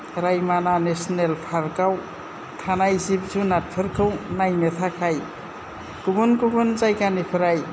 रायमना national पार्काव थानाय जिब जुनारफोरखौ नायनो थाखाय गुबुन गुबुन जायगानिफ्राय